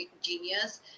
genius